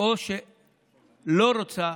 או שלא רוצה